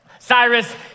Cyrus